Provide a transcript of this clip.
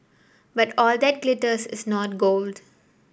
but all that glisters is not gold